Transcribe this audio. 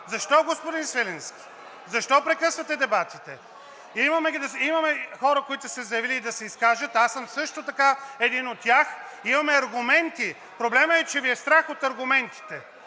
Защо, господин Свиленски? Защо прекъсвате дебатите? Имаме хора, които са се заявили да се изкажат, аз съм също така един от тях, имаме аргументи. Проблемът е, че Ви е страх от аргументите,